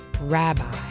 rabbi